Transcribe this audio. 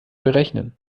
berechnen